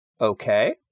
Okay